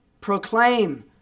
proclaim